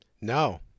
No